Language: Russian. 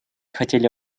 хотели